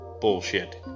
bullshit